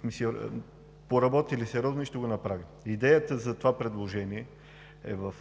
сме поработили сериозно и ще го направим. Идеята за това предложение е в